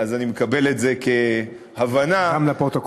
אני מקבל את זה כהבנה גם לפרוטוקול.